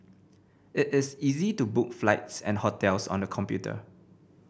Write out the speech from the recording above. it is easy to book flights and hotels on the computer